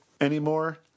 anymore